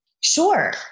Sure